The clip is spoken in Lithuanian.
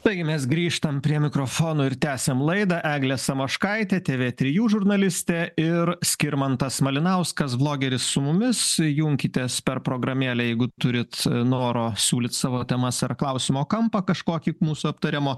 taigi mes grįžtam prie mikrofono ir tęsiam laidą eglė samoškaitė tė vė trijų žurnalistė ir skirmantas malinauskas vlogeris su mumis junkitės per programėlę jeigu turit noro siūlyt savo temas ar klausimo kampą kažkokį mūsų aptarimo